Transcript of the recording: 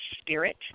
spirit